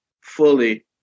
fully